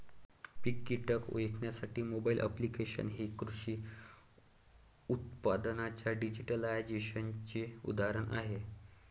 पीक कीटक ओळखण्यासाठी mobile applications हे कृषी उत्पादनांच्या डिजिटलायझेशनचे उदाहरण आहे